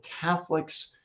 Catholics